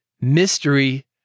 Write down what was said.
Mystery